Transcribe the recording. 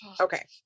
okay